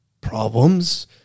problems